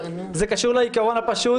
זה קשור לעיקרון הפשוט